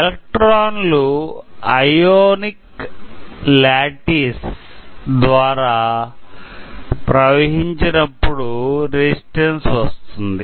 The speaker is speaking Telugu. ఎలెక్ట్రాన్లు ఐయోనిక్ లాటీస్ ద్వారా ప్రవహించినప్పుడు రెసిస్టన్స్ వస్తుంది